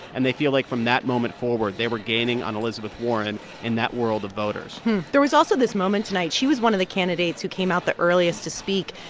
and they feel like from that moment forward, they were gaining on elizabeth warren in that world of voters there was also this moment tonight. she was one of the candidates who came out the earliest to speak.